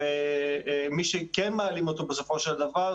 ומי שמעלים אותו בסופו של דבר,